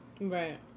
right